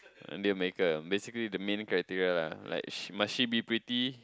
deal maker basically the main criteria lah like she must she be pretty